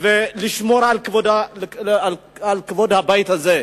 לשמור על כבוד הבית הזה,